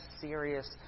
serious